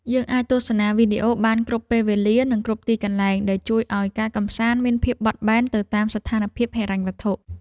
យើងអាចទស្សនាវីដេអូបានគ្រប់ពេលវេលានិងគ្រប់ទីកន្លែងដែលជួយឱ្យការកម្សាន្តមានភាពបត់បែនទៅតាមស្ថានភាពហិរញ្ញវត្ថុ។